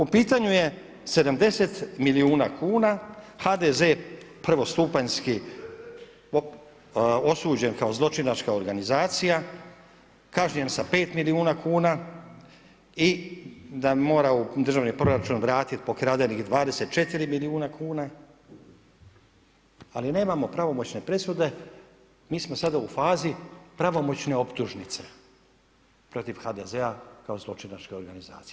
U pitanju je 70 milijuna kuna, HDZ prvostupanjski osuđen kao zločinačka organizacija, kažnjen sa 5 milijuna kuna i da mora u državni proračun vratit pokradenih 24 milijuna kuna, ali nemamo pravomoćne presude, mi smo sada u fazi pravomoćne optužnice protiv HDZ-a kao zločinačke organizacije.